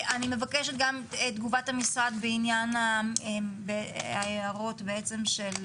אני מבקשת גם את תגובת המשרד בעניין ההערות בעצם של